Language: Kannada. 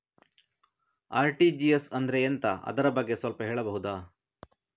ಆರ್.ಟಿ.ಜಿ.ಎಸ್ ಅಂದ್ರೆ ಎಂತ ಅದರ ಬಗ್ಗೆ ಸ್ವಲ್ಪ ಹೇಳಬಹುದ?